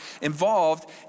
involved